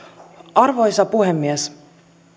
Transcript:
arvoisa puhemies